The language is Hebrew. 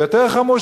ויותר חמור,